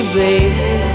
baby